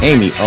Amy